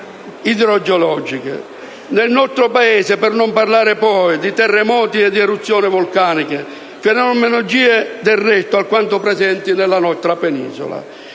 idrogeologiche. Per non parlare, poi, dei terremoti o delle eruzioni vulcaniche, fenomenologie del resto alquanto presenti nella nostra penisola.